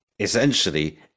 essentially